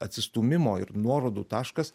atsistūmimo ir nuorodų taškas